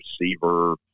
receiver